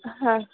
હા